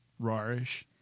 rawish